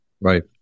Right